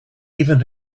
even